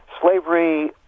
Slavery